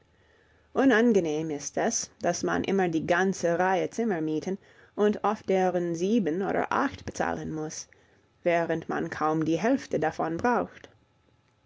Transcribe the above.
unangenehm ist es daß man immer die ganze reihe zimmer mieten und oft deren sieben oder acht bezahlen muß während man kaum die hälfte davon braucht